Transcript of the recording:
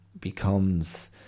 becomes